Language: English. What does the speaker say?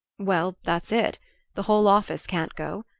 well that's it the whole office can't go.